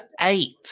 eight